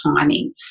timing